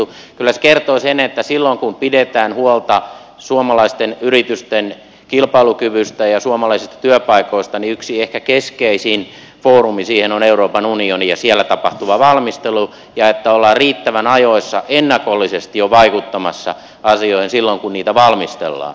kyllä se kertoo sen että silloin kun pidetään huolta suomalaisten yritysten kilpailukyvystä ja suomalaisista työpaikoista niin ehkä yksi keskeisimmistä foorumeista siihen on euroopan unioni ja siellä tapahtuva valmistelu ja se että ollaan riittävän ajoissa ennakollisesti jo vaikuttamassa asioihin silloin kun niitä valmistellaan